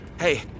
Hey